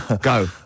Go